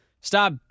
stop